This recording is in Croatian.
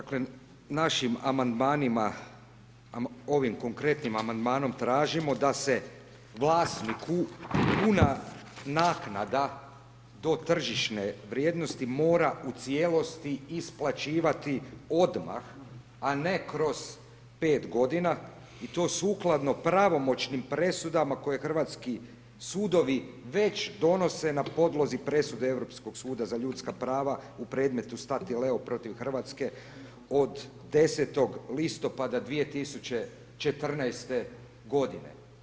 Dakle našim amandmanima, ovim konkretnim amandmanom tražimo da se vlasniku puna naknada do tržišne vrijednosti mora u cijelosti isplaćivati odmah a ne kroz 5 godina i to sukladno pravomoćnim presudama koje hrvatski sudovi već donose na podlozi presude Europskog suda za ljudska prava u predmetu Statileo protiv Hrvatske od 10. listopada 2014. godine.